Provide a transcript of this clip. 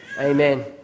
Amen